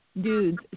dudes